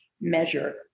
measure